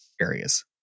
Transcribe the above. areas